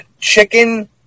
chicken